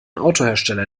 autohersteller